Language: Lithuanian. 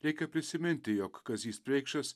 reikia prisiminti jog kazys preikšas